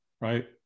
right